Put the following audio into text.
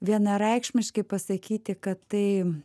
vienareikšmiškai pasakyti kad tai